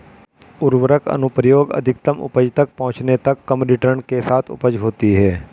उर्वरक अनुप्रयोग अधिकतम उपज तक पहुंचने तक कम रिटर्न के साथ उपज होती है